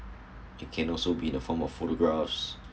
it can also be in the form of photographs